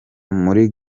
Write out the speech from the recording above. muri